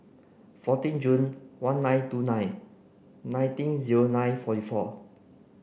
fourteen Jun one nine two nine nineteen zero nine fourty four